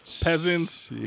peasants